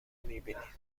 میبینی